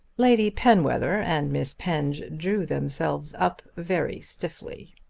lady penwether and miss penge drew themselves up very stiffly.